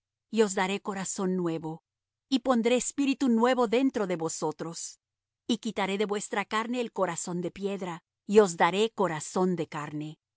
os daré corazón nuevo y pondré espíritu nuevo dentro de vosotros y quitaré de vuestra carne el corazón de piedra y os daré corazón de carne